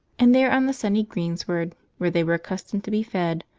and there on the sunny greensward where they were accustomed to be fed,